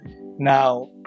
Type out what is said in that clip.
Now